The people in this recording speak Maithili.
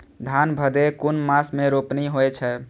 धान भदेय कुन मास में रोपनी होय छै?